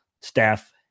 staff